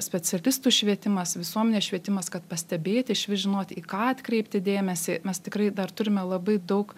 specialistų švietimas visuomenės švietimas kad pastebėti iš vis žinoti į ką atkreipti dėmesį mes tikrai dar turime labai daug